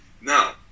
Now